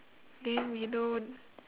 then you know